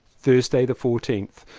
thursday the fourteenth.